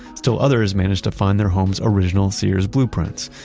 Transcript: still others managed to find their home's original sears blueprints.